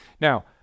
Now